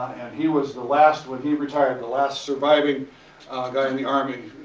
he was the last, when he retired the last surviving guy in the army,